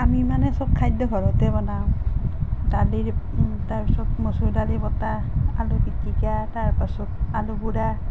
আমি মানে সব খাদ্য ঘৰতেই বনাওঁ দালি তাৰ পাছত মচুৰ দালি বটা আলু পিটিকা তাৰ পাছত আলু গুড়া